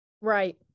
Right